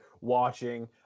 watching